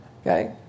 Okay